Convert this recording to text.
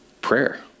Prayer